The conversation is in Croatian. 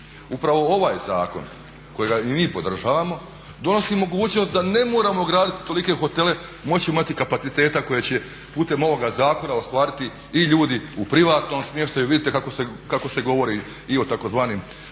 upravo ovaj zakon kojega i mi podržavamo donosi mogućnost da ne moramo graditi tolike hotele, moći imati kapaciteta koji će putem ovoga zakona ostvariti i ljudi u privatnom smještaju. Vidite kako se govori i o tzv. mogućnosti